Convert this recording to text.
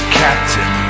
captain